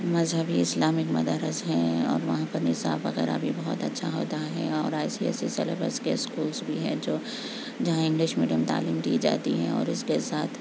مذہبی اسلامک مدارس ہیں اور وہاں پر نصاب وغیرہ بھی بہت اچھا ہوتا ہے اور ایسے ایسے سلیبس کے اسکولس بھی ہیں جو جہاں انگلش میڈیم تعلیم دی جاتی ہے اور اس کے ساتھ